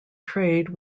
trade